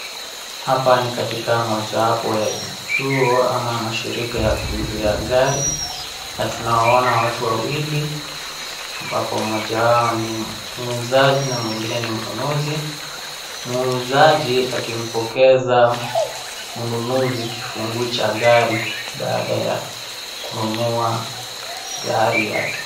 Hapa ni katika moja wapo ya vituo ama mashirika ya kuuzia gari, na tunawaona watu wawili ambapo mmoja wao ni muuzaji na mwingine ni mnunuzi, muuzaji akimpokeza mnunuzi kiifunguu cha gari baada ya kununua gari yake.